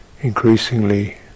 increasingly